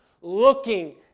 looking